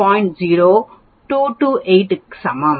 0228 க்கு சமம்